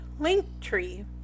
Linktree